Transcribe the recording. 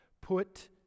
Put